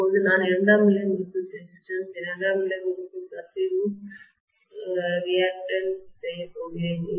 இப்போது நான் இரண்டாம் நிலை முறுக்கு ரெசிஸ்டன்ஸ் இரண்டாம் நிலை முறுக்கு கசிவு ரியாக்டன்ஸ்எதிர்வினை செய்ய போகிறேன்